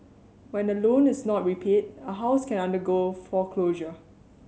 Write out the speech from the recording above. when a loan is not repaid a house can undergo foreclosure